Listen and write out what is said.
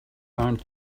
aren’t